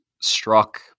struck